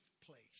place